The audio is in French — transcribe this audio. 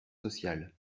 social